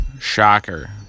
Shocker